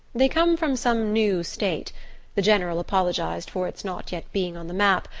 they come from some new state the general apologized for its not yet being on the map,